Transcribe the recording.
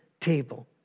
table